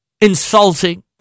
insulting